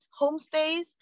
homestays